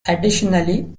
additionally